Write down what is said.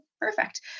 perfect